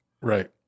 right